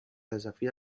desafia